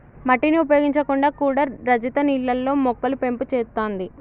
మట్టిని ఉపయోగించకుండా కూడా రజిత నీళ్లల్లో మొక్కలు పెంపు చేత్తాంది